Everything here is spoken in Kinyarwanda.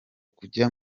kujya